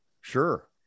Sure